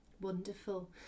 wonderful